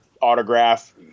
autograph